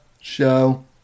show